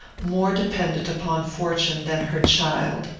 more dependent upon fortune than her child.